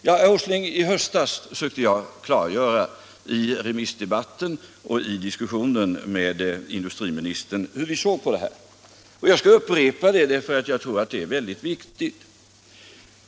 Ja, herr Åsling, i höstas sökte jag klargöra i remissdebatten och i diskussioner med industriministern hur vi såg på det här. Jag skall upprepa vad jag då sade, för jag tror att det är väldigt viktigt.